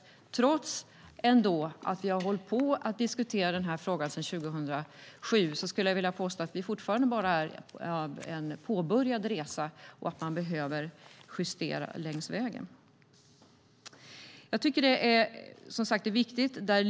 Trots att vi har hållit på att diskutera den här frågan sedan 2007 skulle jag vilja påstå att vi fortfarande bara har påbörjat resan och att vi behöver justera längs vägen. Jag tycker som sagt att det är viktigt.